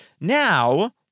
Now